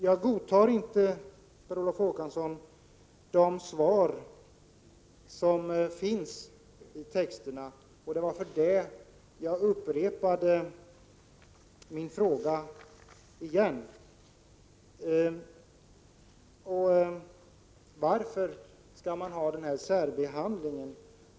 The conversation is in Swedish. Jag godtar inte, Per Olof Håkansson, de svar som finns i texten, och det var därför som jag upprepade mina frågor om varför man skall ha denna särbehandling.